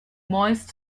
moist